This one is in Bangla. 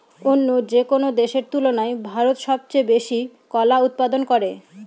অন্য যেকোনো দেশের তুলনায় ভারত সবচেয়ে বেশি কলা উৎপাদন করে